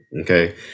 Okay